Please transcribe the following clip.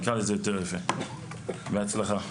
בהצלחה.